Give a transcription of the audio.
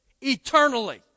eternally